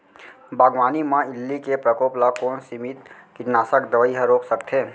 बागवानी म इल्ली के प्रकोप ल कोन सीमित कीटनाशक दवई ह रोक सकथे?